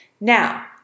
Now